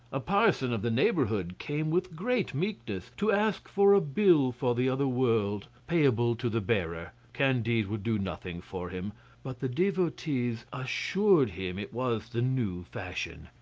a parson of the neighborhood came with great meekness to ask for a bill for the other world payable to the bearer. candide would do nothing for him but the devotees assured him it was the new fashion.